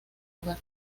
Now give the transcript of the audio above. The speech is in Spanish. hogar